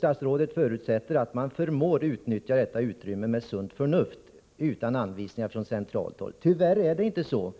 Statsrådet förutsätter ”att man förmår utnyttja detta utrymme med sunt förnuft utan anvisningar från centralt håll”. Tyvärr är det inte så.